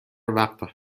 وقت